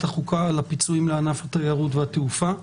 החוקה על פיצויים לענף התעופה והתיירות.